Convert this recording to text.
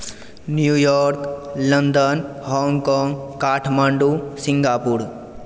New York London Hong Kong Kathmandu Singapore